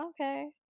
okay